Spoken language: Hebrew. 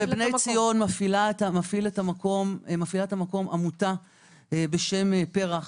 בבני ציון מפעילה את המקום עמותה בשם פרח.